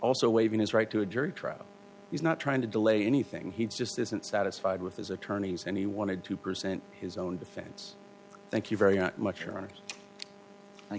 also waiving his right to a jury trial he's not trying to delay anything he just isn't satisfied with his attorneys and he wanted to present his own defense thank you very much